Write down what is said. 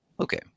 Okay